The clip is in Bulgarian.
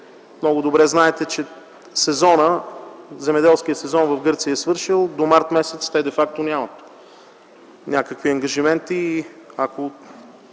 Много добре знаете, че земеделският сезон в Гърция е свършил, до м. март де факто те нямат някакви ангажименти.